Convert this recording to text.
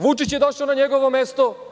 Vučić je došao na njegovo mesto.